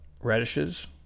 radishes